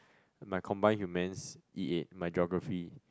my combined humans E eight my geography